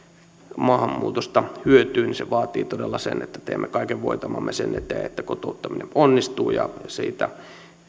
maahanmuutosta hyötyvät niin se vaatii todella sen että teemme kaiken voitavamme sen eteen että kotouttaminen onnistuu ja